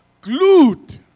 Glued